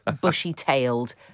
bushy-tailed